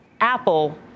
Apple